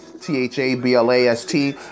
T-H-A-B-L-A-S-T